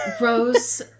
rose